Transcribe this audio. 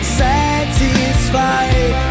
satisfied